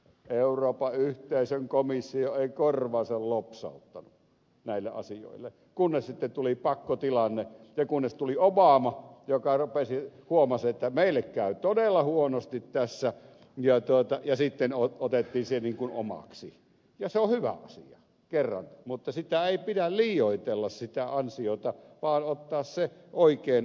euroopan yhteisön komissio ei korvaansa lopsauttanut näille asioille kunnes sitten tuli pakkotilanne ja kunnes tuli obama joka huomasi että meille käy todella huonosti tässä ja sitten otettiin se niin kuin omaksi ja se on hyvä asia kerran mutta sitä ansiota ei pidä liioitella vaan ottaa se oikein arvioituna